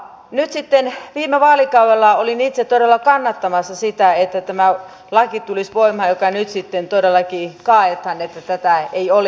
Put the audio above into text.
nyt sitten viime vaalikaudella olin itse todella kannattamassa sitä että tulisi voimaan tämä laki joka nyt sitten todellakin kaadetaan että tätä ei olisikaan